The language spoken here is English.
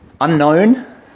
Unknown